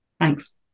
Thanks